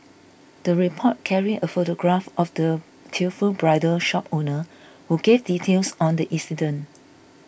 the report carried a photograph of the tearful bridal shop owner who gave details on the incident